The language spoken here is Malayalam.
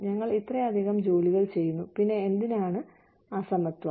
ഞങ്ങൾ ഇത്രയധികം ജോലികൾ ചെയ്യുന്നു പിന്നെ എന്തിനാണ് അസമത്വം